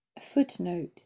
footnote